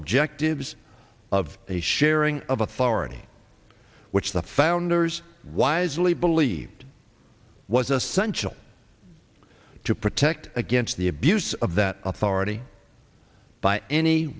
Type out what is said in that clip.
objectives of a sharing of authority which the founders wisely believed was essential to protect against the abuse of that authority by any